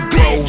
go